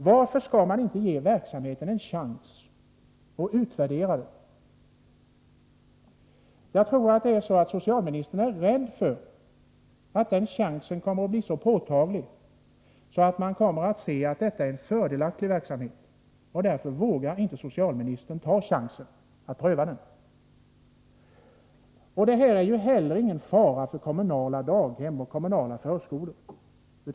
Varför kan man inte ge verksamheten en chans och sedan utvärdera den? Jag tror att socialministern är rädd för att denna chans kommer att utnyttjas så effektivt att det blir påtagligt att detta är en fördelaktig verksamhet. Därför vågar inte socialministern ta chansen och pröva denna barntillsynsform. Alternativ barnomsorg utgör inte heller någon fara för kommunala daghem och kommunala förskolor.